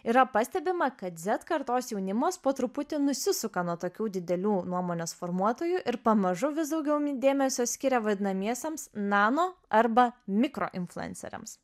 yra pastebima kad z kartos jaunimas po truputį nusisuka nuo tokių didelių nuomonės formuotojų ir pamažu vis daugiau dėmesio skiria vadinamiesiems nano arba mikroinfluenceriams